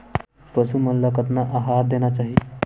पशु मन ला कतना आहार देना चाही?